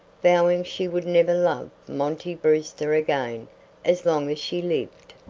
vowing she would never love monty brewster again as long as she lived.